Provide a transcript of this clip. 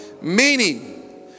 Meaning